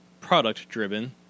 product-driven